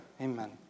Amen